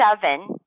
seven